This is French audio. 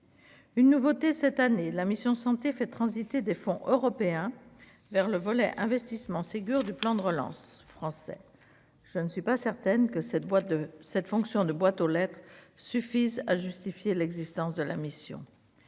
une nouveauté cette année, la mission Santé fait transiter des fonds européens vers le volet investissement Ségur du plan de relance français je ne suis pas certaine que cette voie de cette fonction de boîte aux lettres suffisent à justifier l'existence de la mission